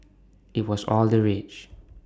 IT was all the rage